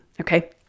Okay